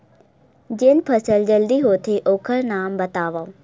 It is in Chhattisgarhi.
जेन फसल जल्दी होथे ओखर नाम बतावव?